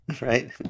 right